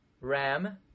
ram